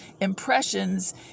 impressions